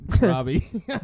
Robbie